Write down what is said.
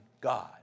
God